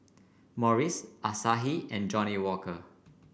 Morries Asahi and Johnnie Walker